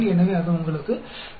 எனவே அது உங்களுக்கு 0